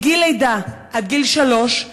מגיל לידה עד גיל שלוש,